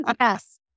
Yes